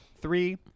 Three